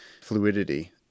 fluidity